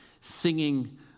singing